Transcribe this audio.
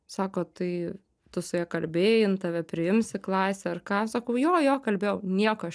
sako tai tu su ja kalbėjai jin tave priims į klasę ar ką sakau jo jo kalbėjau nieko aš